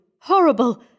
Horrible